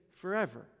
forever